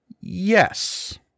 Yes